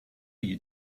you